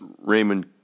Raymond